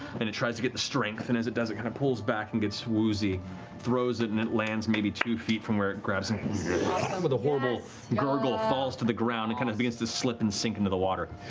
it tries to get the strength, and as it does, it kind of pulls back and gets woozy throws it, and it lands maybe two feet from where it grabs it, and with a horrible gurgle falls to the ground. it kind of begins to slip and sink into the water.